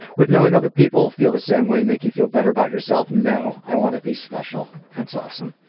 would knowing other people feel the same way make you feel better about yourself? no. i want to be special. that's awesome.